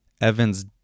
Evan's